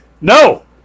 No